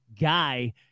guy